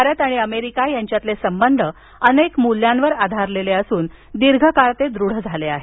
भारत आणि अमेरिका यांच्यातील संबंध अनेक मूल्यांवर आधारलेले असून दीर्घकाळ ते दृढ झाले आहेत